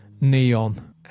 Neon